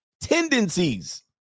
tendencies